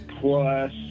plus